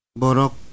borok